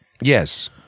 Yes